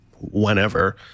whenever